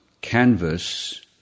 canvas